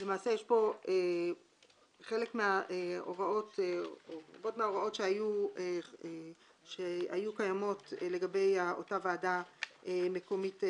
למעשה יש פה רבות מההוראות שהיו קיימות לגבי אותה ועדה מקומית-מקצועית,